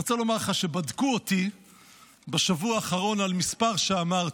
אני רוצה לומר לך שבדקו אותי בשבוע האחרון על מספר שאמרתי.